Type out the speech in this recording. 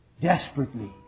Desperately